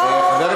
3% אתם.